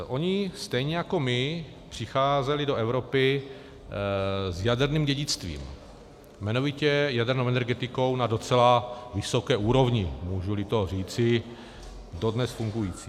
Oni stejně jako my přicházeli do Evropy s jaderným dědictvím, jmenovitě jadernou energetikou, na docela vysoké úrovni, můžuli to říci, dodnes fungující.